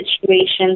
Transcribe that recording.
situations